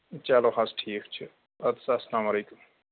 چَلو حظ ٹھیٖک چھِ اَدٕ سا اَسلام علیکُم